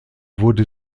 wurde